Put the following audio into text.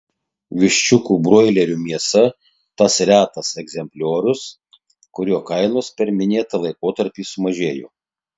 viščiukų broilerių mėsa tas retas egzempliorius kurio kainos per minėtą laikotarpį sumažėjo